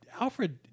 Alfred